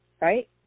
right